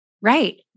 Right